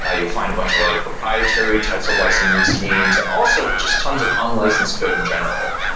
ah you'll find a bunch of other proprietary types of licensing schemes and also just tons of unlicensed code in general.